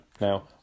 Now